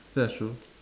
that's true